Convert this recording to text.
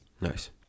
Nice